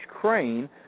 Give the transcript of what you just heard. crane